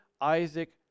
Isaac